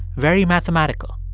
very mathematical